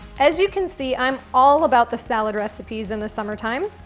as you can see, i'm all about the salad recipes in the summertime,